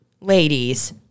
ladies